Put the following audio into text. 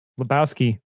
Lebowski